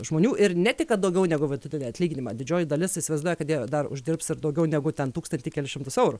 žmonių ir ne tik kad daugiau negu vidutinį atlyginimą didžioji dalis įsivaizduoja kad jie dar uždirbs ir daugiau negu ten tūkstantį kelis šimtus eurų